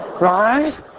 Right